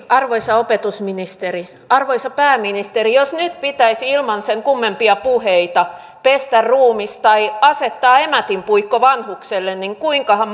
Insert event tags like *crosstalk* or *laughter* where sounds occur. arvoisa opetusministeri arvoisa pääministeri jos nyt pitäisi ilman sen kummempia puheita pestä ruumis tai asettaa emätinpuikko vanhukselle niin kuinkahan *unintelligible*